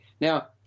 Now